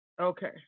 Okay